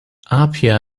apia